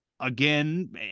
Again